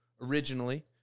originally